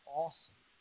awesome